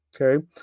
okay